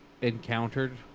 encountered